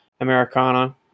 Americana